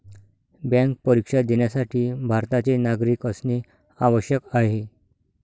bank परीक्षा देण्यासाठी भारताचे नागरिक असणे आवश्यक आहे